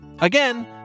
Again